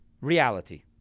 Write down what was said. reality